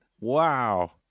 wow